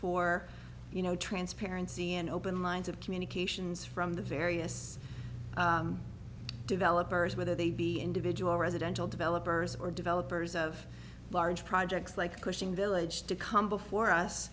for you know transparency and open lines of communications from the various developers whether they be individual residential developers or developers of large projects like cushing village to come before us